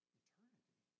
eternity